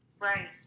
Right